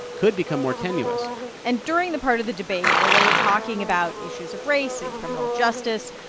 could become more tenuous and during the part of the debate where they were talking about issues of race and criminal justice,